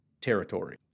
territory